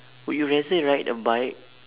would you rather ride a bike